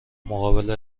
مقابل